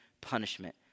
punishment